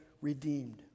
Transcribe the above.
redeemed